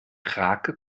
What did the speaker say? krake